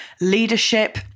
leadership